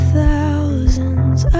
thousands